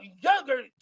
younger